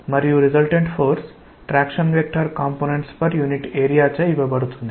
మరియు resultant force traction vector components per unit area చే ఇవ్వబడుతుంది